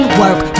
work